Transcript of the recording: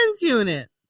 unit